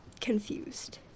confused